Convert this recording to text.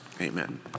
amen